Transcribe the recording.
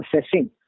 assessing